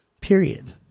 Period